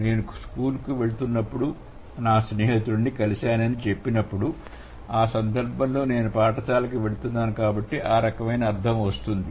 నేను స్కూలుకు వెళుతున్నప్పుడు నా స్నేహితుడిని కలిశానని చెప్పినప్పుడు ఈ సందర్భంలో నేను పాఠశాలకి వెళుతున్నాను కాబట్టి ఆ రకమైన అర్థం వస్తుంది